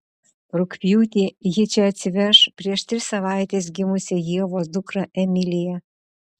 rugpjūtį ji čia atsiveš prieš tris savaites gimusią ievos dukrą emiliją